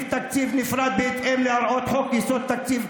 תקציב נפרד בהתאם להוראות חוק יסודות התקציב,